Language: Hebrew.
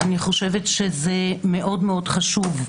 אני חושבת שזה מאוד מאוד חשוב.